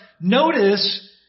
notice